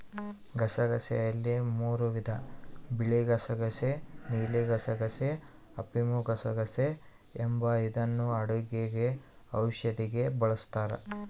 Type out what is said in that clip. ಗಸಗಸೆಯಲ್ಲಿ ಮೂರೂ ವಿಧ ಬಿಳಿಗಸಗಸೆ ನೀಲಿಗಸಗಸೆ, ಅಫಿಮುಗಸಗಸೆ ಎಂದು ಇದನ್ನು ಅಡುಗೆ ಔಷಧಿಗೆ ಬಳಸ್ತಾರ